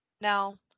Now